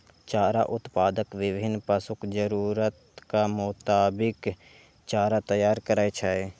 चारा उत्पादक विभिन्न पशुक जरूरतक मोताबिक चारा तैयार करै छै